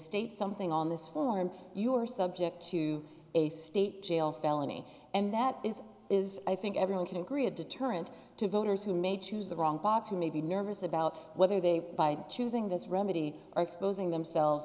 misstate something on this floor and you're subject to a state jail felony and that is is i think everyone can agree a deterrent to voters who may choose the wrong box who may be nervous about whether they by choosing this remedy are exposing themselves